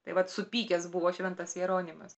tai vat supykęs buvo šventas jeronimas